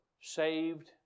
saved